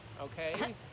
okay